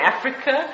Africa